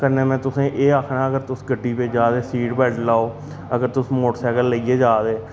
कन्नै में तुसेंगी एह् आक्खना अगर तुस गड्डी बिच्च जा दे सीट बेल्ट लाओ अगर तुस मोटरसाइकल लेइयै जा दे ते